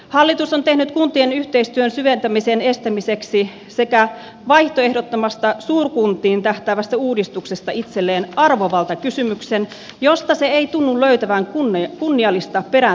hallitus on tehnyt kuntien yhteistyön syventämisen estämiseksi sekä vaihtoehdottomasta suurkuntiin tähtäävästä uudistuksesta itselleen arvovaltakysymyksen josta se ei tunnu löytävän kunnia kunniallista perään